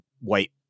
white